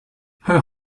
her